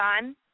son